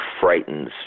frightens